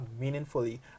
meaningfully